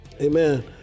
Amen